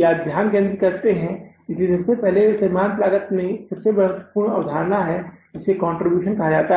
या ध्यान केंद्रित करते हैं इसलिए सबसे पहले और सीमांत लागत में एक सबसे महत्वपूर्ण अवधारणा के लिए जिसे योगदानकंट्रीब्यूशन कहा जाता है